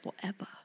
forever